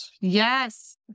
Yes